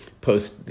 post